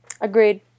Agreed